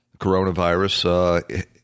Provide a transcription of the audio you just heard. Coronavirus